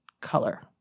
color